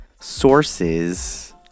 sources